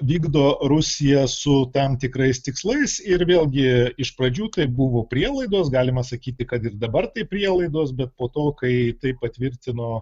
vykdo rusija su tam tikrais tikslais ir vėlgi iš pradžių tai buvo prielaidos galima sakyti kad ir dabar tai prielaidos bet po to kai tai patvirtino